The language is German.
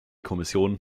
kommission